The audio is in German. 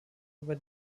über